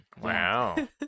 Wow